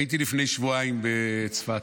הייתי לפני שבועיים בצפת,